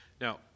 Now